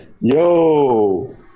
Yo